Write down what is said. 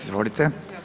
Izvolite.